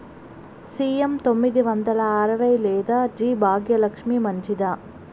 CM తొమ్మిది వందల అరవై లేదా జి భాగ్యలక్ష్మి మంచిదా?